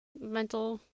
mental